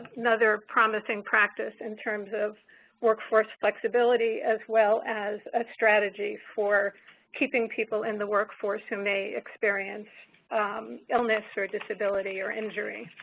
another promising practice in terms of workforce flexibility as well as a strategy for keeping people in the workforce who may experience illness or disability or injury.